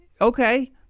Okay